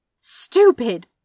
stupid